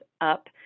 up